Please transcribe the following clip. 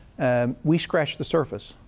and we scratch the surface.